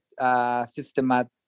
Systematic